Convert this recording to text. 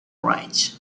ridge